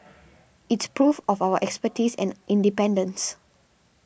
it's proof of our expertise and independence